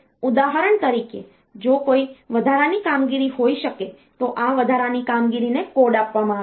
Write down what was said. ઉદાહરણ તરીકે જો કોઈ વધારાની કામગીરી હોઈ શકે તો આ વધારાની કામગીરીને કોડ આપવામાં આવે છે